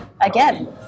again